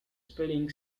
spelling